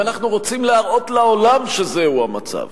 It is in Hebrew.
אם אנחנו רוצים להראות לעולם שזהו המצב,